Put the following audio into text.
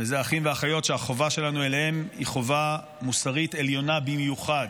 ואלה אחים ואחיות שהחובה שלנו אליהם היא חובה מוסרית עליונה במיוחד,